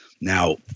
Now